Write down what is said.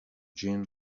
jean